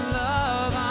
love